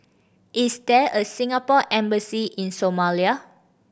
is there a Singapore Embassy in Somalia